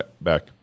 back